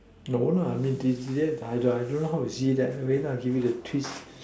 no lah I mean did did they I don't I don't know how you see that later I give it a twist